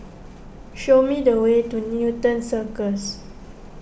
show me the way to Newton Circus